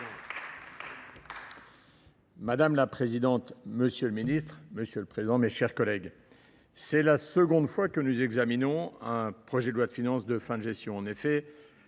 Madame la présidente, monsieur le ministre, mes chers collègues, c’est la seconde fois que nous examinons un projet de loi de finances de fin de gestion. En effet,